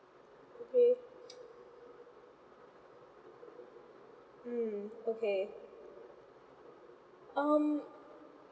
okay mm okay um